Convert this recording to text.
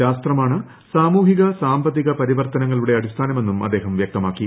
ശാസ്ത്രമാണ് സാമൂഹിക സാമ്പത്തിക പരിവർത്തനങ്ങളുടെ അടിസ്ഥാനമെന്നും അദ്ദേഹം വൃക്തമാക്കി